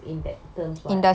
industry already ya